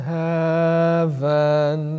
heaven